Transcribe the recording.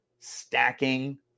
stacking